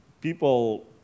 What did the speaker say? People